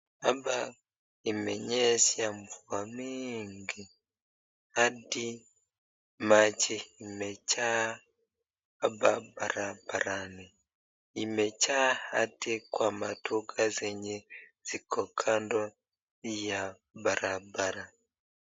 Hapa imenyesha mvua mingi, hadi maji imejaa hapa barabarani. Imejaa hadi kwa maduka zenye ziko kando ya barabara.